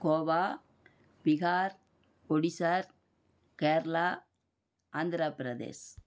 Goa Bihar Odisha Kerala Andhra Pradesh